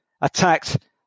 attacked